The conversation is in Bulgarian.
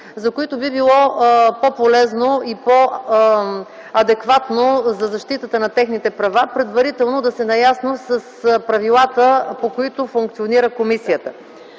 за които би било по-полезно и по-адекватно за защита на техните права предварително да са наясно с правилата, по които функционира комисията.